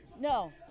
No